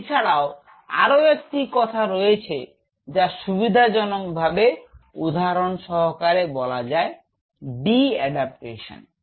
এছাড়াও আরও একটি কথা রয়েছে যা সুবিধাজনক ভাবে উদাহরণ সহকারে বলা যায় ডি এডাপটেশন